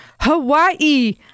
Hawaii